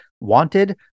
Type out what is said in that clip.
wanted